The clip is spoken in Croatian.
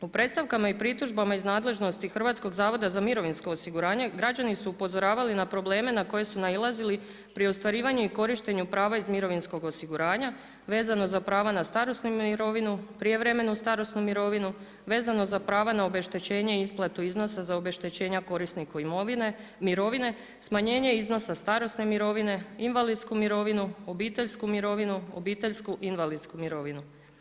U predstavkama i pritužbama iz nadležnosti Hrvatskog zavoda za mirovinsko osiguranje građani su upozoravali na probleme na koje su nailazili pri ostvarivanju i korištenju prava iz mirovinskog osiguranja, vezano za prava na starosnu mirovinu, prije vremenu starosnu mirovinu, vezano za prava na obeštećenje i isplatu iznosa za obeštećenja korisniku mirovine, smanjenje iznosa starosne mirovine, invalidsku mirovinu, obiteljsku mirovinu, obiteljsku invalidsku mirovinu.